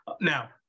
Now